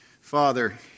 Father